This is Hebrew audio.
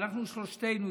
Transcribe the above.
ואנחנו שלושתנו,